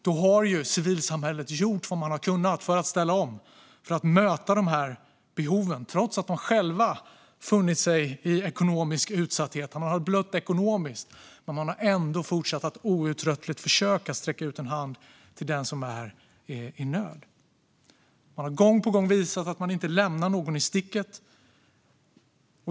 Då har civilsamhället gjort vad man har kunnat för att ställa om och för att möta dessa behov. Trots att man själv har befunnit sig i ekonomisk utsatthet och blött ekonomiskt har civilsamhället fortsatt att outtröttligt försöka sträcka ut en hand till den som är i nöd. Man har gång på gång visat att man inte lämnar någon i sticket.